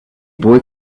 boy